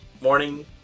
morning